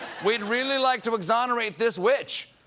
we'd really like to exonerate this witch,